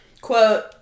Quote